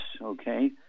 okay